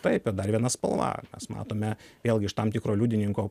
taip i dar viena spalva mes matome vėlgi iš tam tikro liudininko